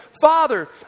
father